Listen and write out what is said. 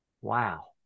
Wow